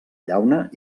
llauna